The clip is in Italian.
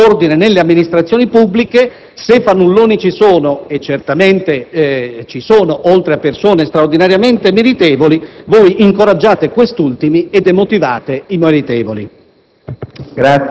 per rimettere ordine nelle amministrazioni pubbliche; se fannulloni ci sono, e certamente ci sono, oltre a persone straordinariamente meritevoli, voi incoraggiate i primi e demotivate i meritevoli.